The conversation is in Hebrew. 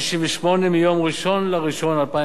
68 מיום 1 בינואר 2011,